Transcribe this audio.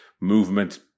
movement